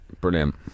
brilliant